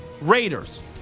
Raiders